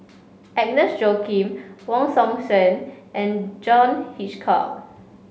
Agnes Joaquim Wong Hong Suen and John Hitchcock